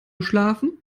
schlafen